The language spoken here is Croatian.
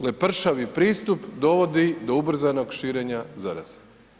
Lepršavi pristup dovodi do ubrzanog širenja zaraze.